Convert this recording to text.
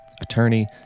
attorney